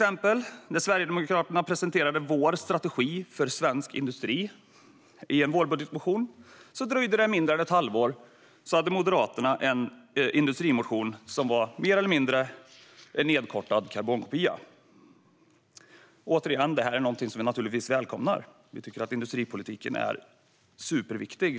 När Sverigedemokraterna till exempel presenterade sin strategi för svensk industri i en vårbudgetmotion dröjde det mindre än ett halvår tills Moderaterna hade en industrimotion som var mer eller mindre en nedkortad karbonkopia. Återigen: Detta är någonting som vi naturligtvis välkomnar. Vi tycker att industripolitiken är superviktig.